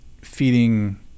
feeding